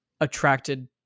attracted